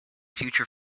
future